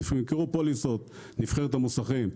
ימכרו פוליסות לנבחרת המוסכים,